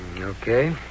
Okay